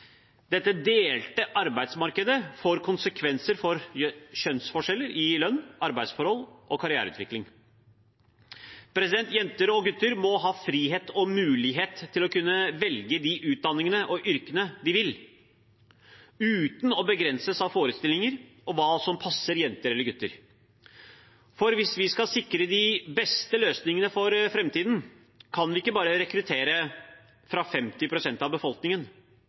Dette delte arbeidsmarkedet får konsekvenser for kjønnsforskjeller i lønn, arbeidsforhold og karriereutvikling. Jenter og gutter må ha frihet og mulighet til å kunne velge de utdanningene og yrkene de vil – uten å begrenses av forestillinger om hva som passer jenter eller gutter. Hvis vi skal sikre de beste løsningene for fremtiden, kan vi ikke bare rekruttere fra 50 pst. av befolkningen.